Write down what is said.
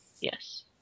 Yes